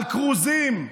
על כרוזים,